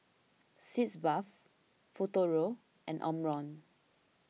Sitz Bath Futuro and Omron